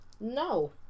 No